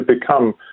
become